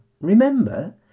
Remember